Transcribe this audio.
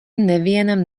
nevienam